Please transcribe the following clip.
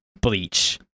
Bleach